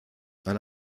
eine